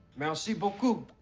merci beaucoup.